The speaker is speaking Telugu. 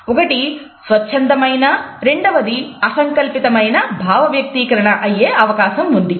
ఒకటి స్వచ్ఛందమైన రెండవది అసంకల్పితమైన భావవ్యక్తీకరణ అయ్యే అవకాశం ఉంది